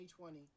2020